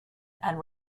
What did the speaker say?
and